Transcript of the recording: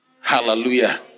Hallelujah